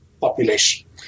population